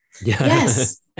Yes